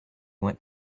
went